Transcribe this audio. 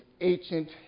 ancient